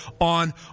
on